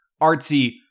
artsy